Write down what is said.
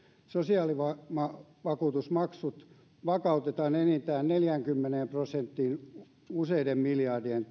sosiaalivakuutusmaksut vakautetaan enintään neljäänkymmeneen prosenttiin useiden miljardien